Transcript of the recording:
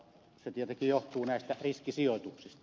se tietenkin johtuu näistä riskisijoituksista